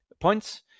points